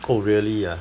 oh really ah